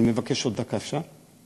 אני מבקש עוד דקה, אפשר?